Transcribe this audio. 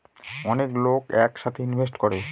অনেক লোক এক সাথে ইনভেস্ট করে